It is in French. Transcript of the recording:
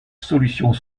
solutions